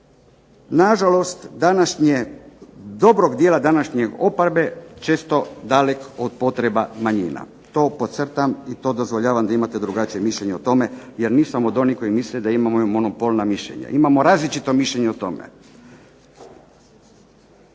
današnje, dobrog dijela današnje oporbe često dalek od potreba manjina. To podcrtam, i to dozvoljavam da imate drugačije mišljenje o tome, jer nisam od onih koji misle da imamo monopolna mišljenja. Imamo različito mišljenje o tome.